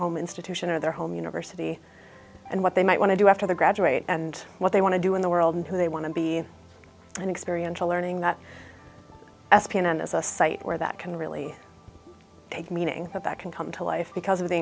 home institution or their home university and what they might want to do after they graduate and what they want to do in the world and who they want to be an experience a learning that s p and is a site where that can really meaning that that can come to life because of the